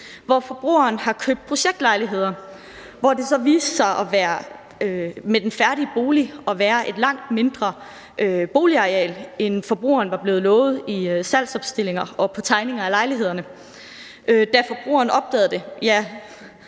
været et tilfælde med projektlejligheder, hvor den færdige bolig viste sig at have et langt mindre boligareal, end forbrugeren var blevet lovet i salgsopstillinger og på tegninger af lejlighederne. Da forbrugeren opdagede det,